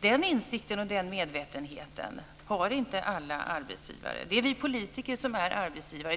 Den insikten och den medvetenheten har inte alla arbetsgivare. Det är vi politiker som är arbetsgivare.